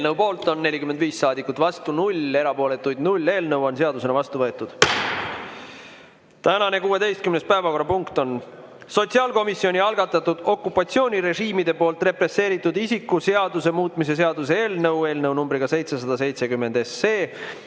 Eelnõu poolt on 45 saadikut, vastu 0, erapooletuid 0. Eelnõu on seadusena vastu võetud. Tänane 16. päevakorrapunkt on sotsiaalkomisjoni algatatud okupatsioonirežiimide poolt represseeritud isiku seaduse muutmise seaduse eelnõu 770